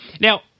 Now